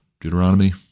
Deuteronomy